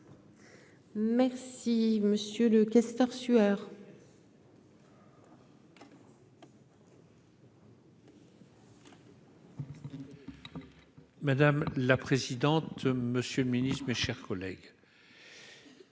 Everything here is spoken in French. Merci monsieur le castor sueur. Oui. Madame la présidente, monsieur le Ministre, mes chers collègues.